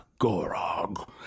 Gorog